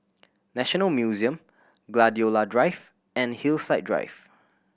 National Museum Gladiola Drive and Hillside Drive